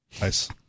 Nice